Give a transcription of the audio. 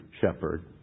shepherd